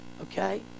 okay